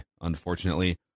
unfortunately